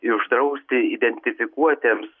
uždrausti identifikuotiems